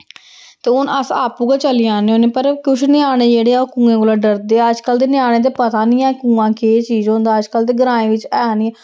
ते हून अस आपू गै चली जन्ने होन्ने पर कुछ ञ्यानें जेह्ड़े ऐ ओह् कुएं कोला डरदे अजकल्ल दे ञ्यानें ई पता निं ऐ कुआं केह् चीज होंदा अजकल्ल ते ग्राएं बिच्च है निं